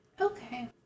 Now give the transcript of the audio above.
Okay